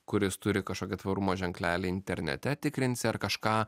kuris turi kažkokį tvarumo ženklelį internete tikrinsi ar kažką